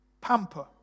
pamper